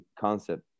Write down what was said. concept